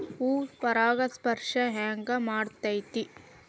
ಹೂ ಪರಾಗಸ್ಪರ್ಶ ಹೆಂಗ್ ಮಾಡ್ತೆತಿ?